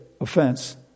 offense